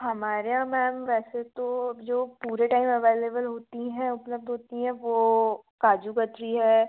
हमारे यहाँ मैम वैसे तो जो पूरे टैम एवेलेबल होती हैं उपलब्ध होती हैं वो काजू कतली है